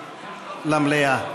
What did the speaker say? למליאה.